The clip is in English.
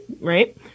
right